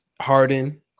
Harden